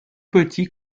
petit